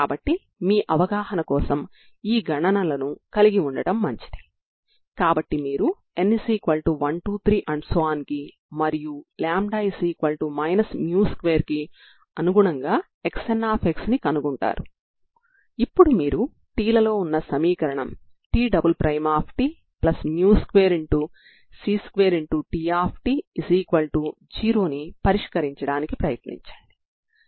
అదేవిధంగా మనం విలువలను తీసుకొని T లలో సాధారణ అవకలన సమీకరణాన్ని పరిష్కరించడానికి ప్రయత్నిస్తాము